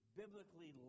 biblically